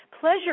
Pleasure